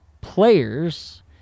players